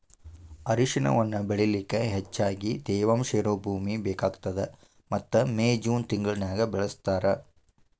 ಅರಿಶಿಣವನ್ನ ಬೆಳಿಲಿಕ ಹೆಚ್ಚಗಿ ತೇವಾಂಶ ಇರೋ ಭೂಮಿ ಬೇಕಾಗತದ ಮತ್ತ ಮೇ, ಜೂನ್ ತಿಂಗಳನ್ಯಾಗ ಬೆಳಿಸ್ತಾರ